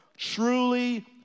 Truly